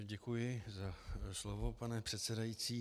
Děkuji za slovo, pane předsedající.